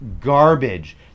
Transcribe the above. garbage